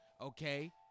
okay